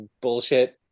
bullshit